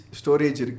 storage